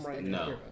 no